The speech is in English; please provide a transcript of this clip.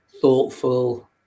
thoughtful